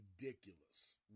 ridiculous